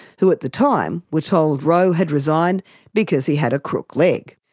who at the time were told rowe had resigned because he had a crook leg.